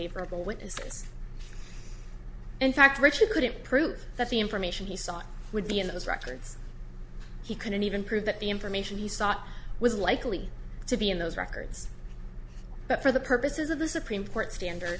favorable witnesses and fact richard couldn't prove that the information he sought would be in those records he couldn't even prove that the information he sought was likely to be in those records but for the purposes of the supreme court standard